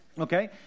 Okay